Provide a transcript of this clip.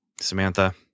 Samantha